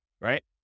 Right